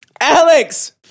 Alex